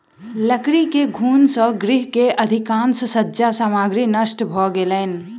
लकड़ी के घुन से गृह के अधिकाँश सज्जा सामग्री नष्ट भ गेलैन